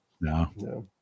No